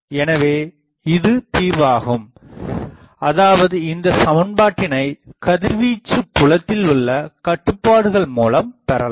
எனவே இது தீர்வாகும் அதாவது இந்தச் சமன்பாட்டினை கதிர்வீச்சுப் புலத்தில் உள்ள கட்டுபாடுகள் மூலம் பெறுகிறோம்